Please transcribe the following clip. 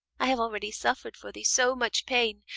i have already suffer'd for thee so much pain,